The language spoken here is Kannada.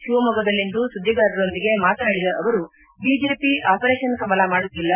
ಶಿವಮೊಗ್ಗದಲ್ಲಿಂದು ಸುದ್ದಿಗಾರರೊಂದಿಗೆ ಮಾತನಾಡಿದ ಅವರು ಬಿಜೆಪಿ ಆಪರೇಷನ್ ಕಮಲ ಮಾಡುತ್ತಿಲ್ಲ